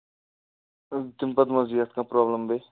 تَمہِ پَتہٕ ما حظ یِیہِ اَتھ کانٛہہ پرٛابلم بیٚیہِ